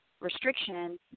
restriction